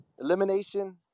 elimination